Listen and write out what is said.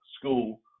school